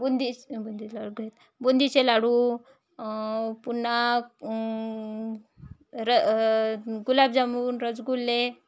बुंदीच बुंदीचे लाडू घेत बुंदीचे लाडू पुन्हा र गुलाबजामुन रसगुल्ले